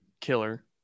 killer